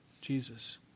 Jesus